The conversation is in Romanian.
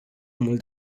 mult